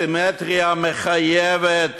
הסימטריה מחייבת